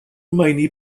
meini